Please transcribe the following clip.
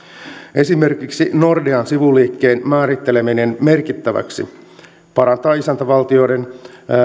esimerkiksi nordean sivuliikkeiden määritteleminen merkittäviksi parantaa isäntävaltioiden